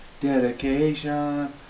dedication